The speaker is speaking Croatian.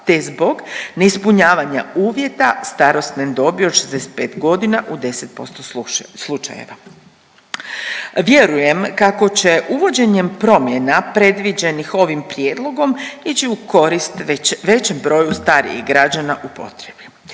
te zbog neispunjavanja uvjeta starosne dobi od 65 godina u 10% slučajeva. Vjerujem kako će uvođenjem promjena predviđenih ovim prijedlogom ići u korist većem broju starijih građana u potrebi.